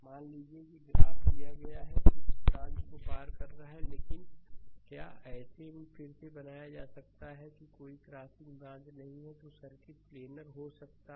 मान लीजिए कि ग्राफ दिया गया है यह ब्रांच को पार कर रहा है लेकिन क्या ऐसे में फिर से बनाया जा सकता है कि कोई क्रॉसिंग ब्रांच नहीं है तो सर्किट प्लेनर हो सकता है